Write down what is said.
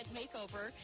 makeover